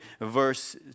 verse